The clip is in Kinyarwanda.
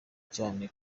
cyane